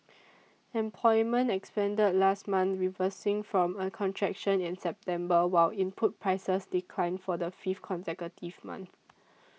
employment expanded last month reversing from a contraction in September while input prices declined for the fifth consecutive month